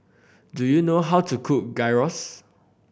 do you know how to cook Gyros